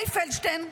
אלי פלדשטיין,